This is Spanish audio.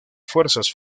fuerzas